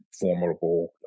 formidable